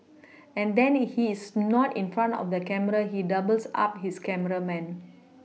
and then he's not in front of the camera he doubles up his cameraman